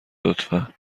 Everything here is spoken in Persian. لطفا